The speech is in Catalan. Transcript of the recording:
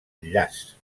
llaç